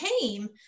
came